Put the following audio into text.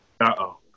uh-oh